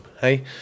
Hey